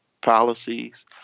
policies